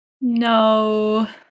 no